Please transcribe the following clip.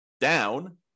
down